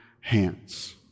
hands